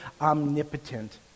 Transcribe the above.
omnipotent